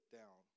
down